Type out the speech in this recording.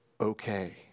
okay